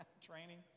training